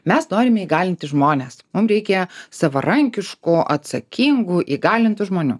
mes norim įgalinti žmones mum reikia savarankiškų atsakingų įgalintų žmonių